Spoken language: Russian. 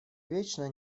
вечно